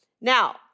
Now